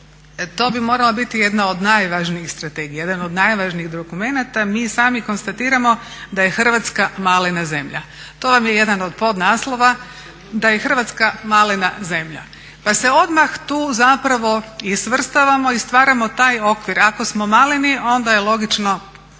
To bi morala biti jedna od najvažnijih strategija, jedan od najvažnijih dokumenata. Mi sami konstatiramo da je Hrvatska malena zemlja. To vam je jedan od podnaslova da je Hrvatska malena zemlja, pa se odmah tu zapravo i svrstavamo i stvaramo taj okvir. Ako smo maleni onda je logično